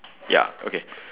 ya okay